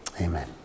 Amen